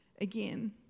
again